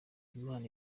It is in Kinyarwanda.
imana